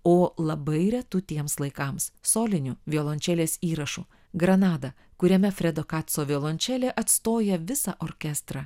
o labai retų tiems laikams solinių violončelės įrašų granada kuriame fredo kaco violončelė atstoja visą orkestrą